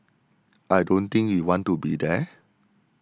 I don't think we want to be there